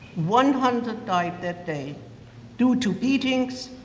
one hundred died that day due to beatings,